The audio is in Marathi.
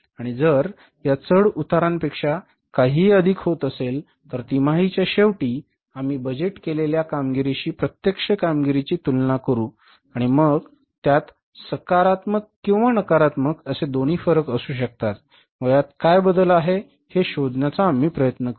आणि जर या चढ उतारांपेक्षा काहीही अधिक होत असेल तर तिमाहीच्या शेवटी आम्ही बजेट केलेल्या कामगिरीशी प्रत्यक्ष कामगिरीची तुलना करू आणि मग त्यात सकारात्मक किंवा नकारात्मक असे दोन्ही फरक असू शकतात व यात काय बदल आहे हे शोध घेण्याचा आम्ही प्रयत्न करू